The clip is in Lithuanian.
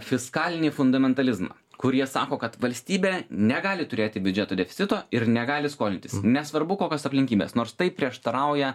fiskalinį fundamentalizmą kur jie sako kad valstybė negali turėti biudžeto deficito ir negali skolintis nesvarbu kokios aplinkybės nors tai prieštarauja